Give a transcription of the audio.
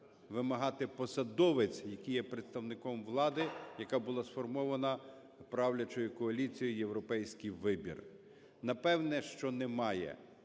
вимагати посадовець, який є представником влади, яка була сформована правлячою коаліцією "Європейський вибір"? Напевно, що не має.